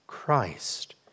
Christ